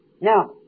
now